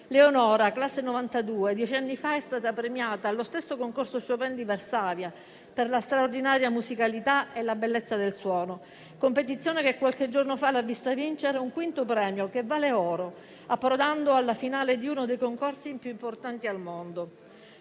Leonora, classe 1992, dieci anni fa è stata premiata allo stesso concorso «Fryderyk Chopin» di Varsavia per la straordinaria musicalità e la bellezza del suono. Questa competizione, qualche giorno fa, l'ha vista vincere un quinto premio, che vale oro, consentendole di approdare alla finale di uno dei concorsi più importanti al mondo.